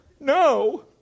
No